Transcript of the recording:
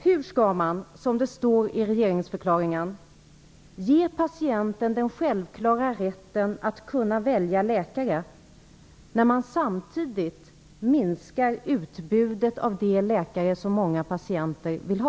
Hur skall man, som det står i regeringsförklaringen, ge patienten den självklara rätten att kunna välja läkare, när man samtidigt minskar utbudet av de läkare som många patienter vill ha?